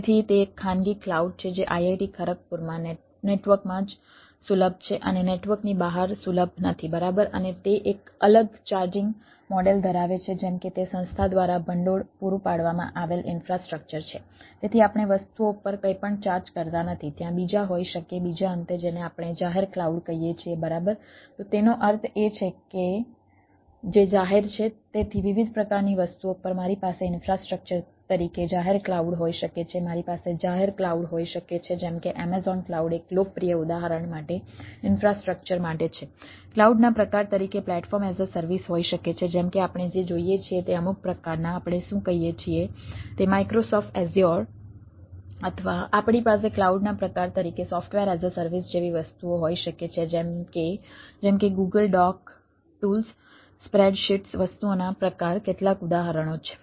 તેથી તે એક ખાનગી ક્લાઉડ છે જે IIT ખરગપુર નેટવર્કમાં જ સુલભ છે અને નેટવર્કની બહાર સુલભ નથી બરાબર અને તે એક અલગ ચાર્જિંગ વસ્તુઓના પ્રકાર કેટલાક ઉદાહરણો છે